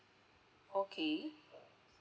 okay